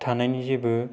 थानायनि जेबो